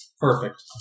perfect